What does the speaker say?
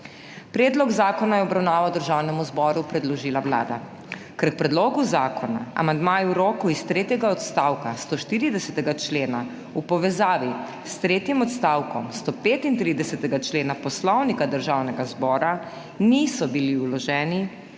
Predlog zakona je v obravnavo Državnemu zboru predložila Vlada. Ker k predlogu zakona amandmaji v roku iz tretjega odstavka 140. člena v povezavi s tretjim odstavkom 135. člena Poslovnika Državnega zbora niso bili vloženi